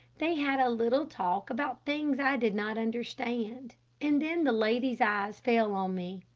they had a little talk about things i did not understand and then the lady's eyes fell on me.